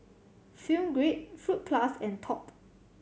Film Grade Fruit Plus and Top